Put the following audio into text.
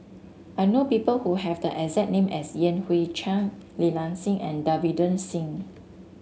I know people who have the exact name as Yan Hui Chang Li Nanxing and Davinder Singh